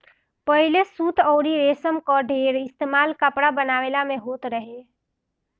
पहिले सूत अउरी रेशम कअ ढेर इस्तेमाल कपड़ा बनवला में होत रहे